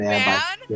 man